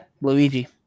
Luigi